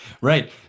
Right